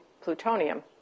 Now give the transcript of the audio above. plutonium